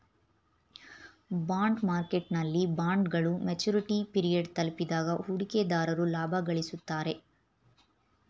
bond ಮಾರ್ಕೆಟ್ನಲ್ಲಿ ಬಾಂಡ್ಗಳು maturity period ತಲುಪಿದಾಗ ಹೂಡಿಕೆದಾರರು ಲಾಭ ಗಳಿಸುತ್ತಾರೆ